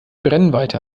brennweite